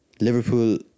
Liverpool